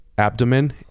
abdomen